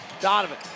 Donovan